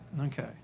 Okay